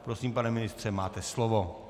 Prosím, pane ministře, máte slovo.